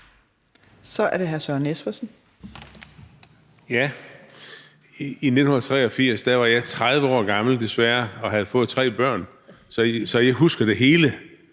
Kl. 12:15 Søren Espersen (DF): I 1983 var jeg 30 år gammel – desværre – og havde fået tre børn, så jeg husker det hele